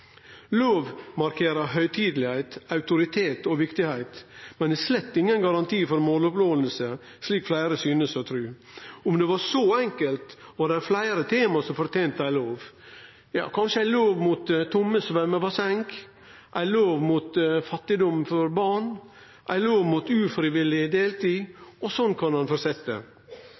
lov markerer høgtid, autoritet og viktigheit, men er slett ingen garanti for måloppnåing, slik fleire synest å tru. Om det var så enkelt, var det fleire tema som fortente ei lov – kanskje ei lov mot tomme symjebasseng, ei lov mot fattigdom for barn eller ei lov mot ufrivillig deltid, og slik kan